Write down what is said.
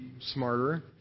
smarter